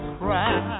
cry